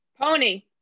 Pony